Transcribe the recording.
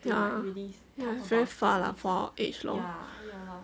ya very far lah for our age loh